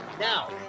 Now